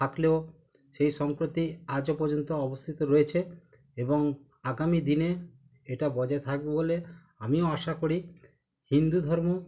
থাকলেও সেই সম্প্রতি আজও পর্যন্ত অবস্থিত রয়েছে এবং আগামী দিনে এটা বজায় থাকবে বলে আমিও আশা করি হিন্দু ধর্ম